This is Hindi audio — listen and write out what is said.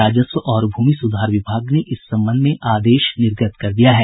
राजस्व और भूमि सुधार विभाग ने इस संबंध में आदेश निर्गत कर दिया है